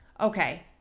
okay